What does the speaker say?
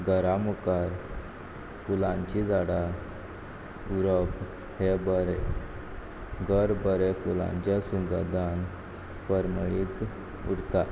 घरा मुखार फुलांचीं झाडां उरप हें बरें घर बरें फुलांचे सुगंदान परमळीत उरता